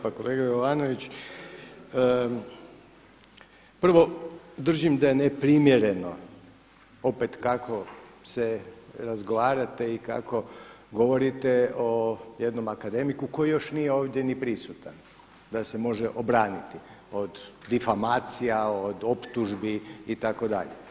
Pa kolega Jovanović, prvo držim da je neprimjereno opet kako se razgovarate i kako govorite o jednom akademiku koji nije još ovdje ni prisutan da se može obraniti od difamacija, od optužbi itd.